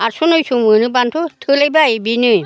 आथस नयस मोनोबाथ' थोलायबाय बेनो